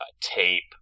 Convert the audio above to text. tape